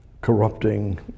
corrupting